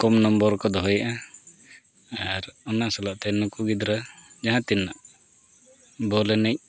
ᱠᱚᱢ number ᱠᱚ ᱫᱚᱦᱚᱭᱮᱜᱼᱟ ᱟᱨ ᱚᱱᱟ ᱥᱟᱞᱟᱜ ᱛᱮ ᱱᱩᱠᱩ ᱜᱤᱫᱽᱨᱟᱹ ᱡᱟᱦᱟᱸ ᱛᱤᱱᱟᱹᱜ ᱵᱚᱞ ᱮᱱᱮᱡ